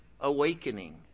awakening